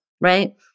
right